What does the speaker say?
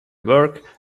work